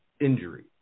injury